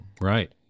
right